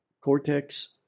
cortex